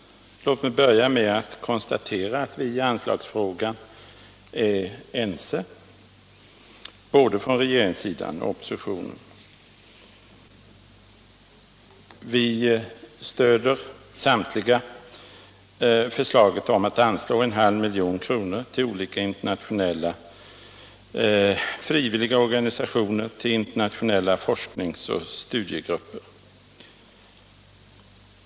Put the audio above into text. Låt mig konstatera att vi i anslagsfrågan är ense, både från regeringssidan och oppositionen. Vi stöder samtliga förslaget om att anslå en halv miljon kronor till olika internationella frivilliga organisationer och till internationella forsknings och studiegrupper.